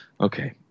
okay